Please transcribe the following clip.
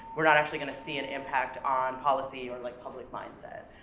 we're not actually gonna see an impact on policy, or like public mindset.